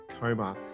coma